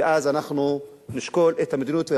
ואז אנחנו נשקול את המדיניות.